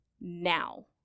now